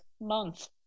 month